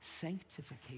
sanctification